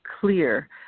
clear